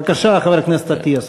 בבקשה, חבר הכנסת אטיאס.